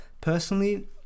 Personally